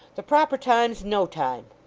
the proper time's no time